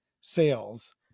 sales